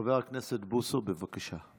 חבר הכנסת בוסו, בבקשה.